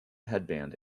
headband